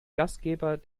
gastgeber